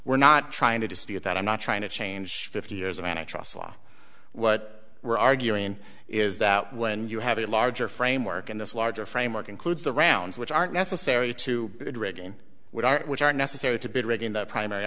we're not trying to dispute that i'm not trying to change fifty years of an i trust law what we're arguing is that when you have a larger framework and this larger framework includes the rounds which are necessary to dragon which are which are necessary to bid rigging the primary